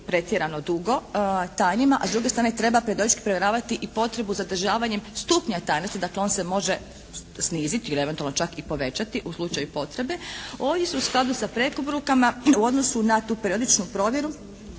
pretjerano dugo tajnima a s druge strane treba … /Govornica se ne razumije./ … provjeravati i potrebu zadržavanjem stupnja tajnosti. Dakle on se može sniziti ili eventualno čak i povećati u slučaju potrebe. Ovdje su u skladu sa preporukama u odnosu na tu periodičnu provjeru.